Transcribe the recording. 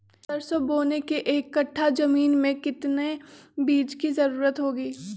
सरसो बोने के एक कट्ठा जमीन में कितने बीज की जरूरत होंगी?